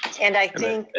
and i think